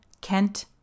Kent